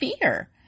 fear